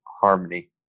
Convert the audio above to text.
harmony